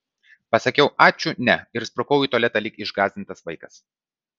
pasakiau ačiū ne ir sprukau į tualetą lyg išgąsdintas vaikas